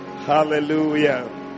Hallelujah